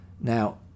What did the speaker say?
now